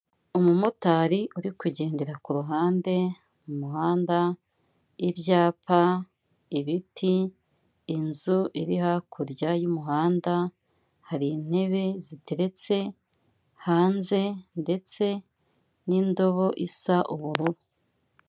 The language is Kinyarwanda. Umumotari uri kugendera ku ruhande mu muhanda, ibyapa, ibiti, inzu iri hakurya y'umuhanda, hari intebe ziteretse hanze ndetse n'indobo isa ubururu.